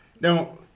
Now